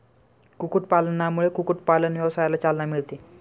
कुक्कुटपालनामुळे कुक्कुटपालन व्यवसायाला चालना मिळते